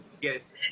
yes